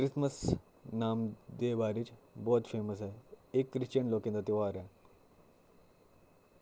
Christmas नाम दे बारे च बोह्त फेमस ऐ एह् क्रिस्चियन लोकें दा त्यौहार ऐ